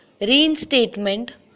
reinstatement